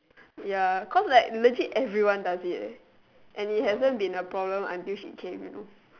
ya cause like legit everyone does it eh and it hasn't been a problem until she came you know